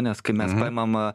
nes kai mes paimam